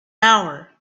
hour